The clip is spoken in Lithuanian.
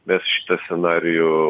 mes šitą scenarijų